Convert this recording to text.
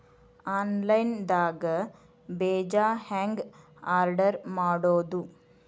Online ದಾಗ ಬೇಜಾ ಹೆಂಗ್ ಆರ್ಡರ್ ಮಾಡೋದು?